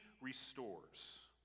restores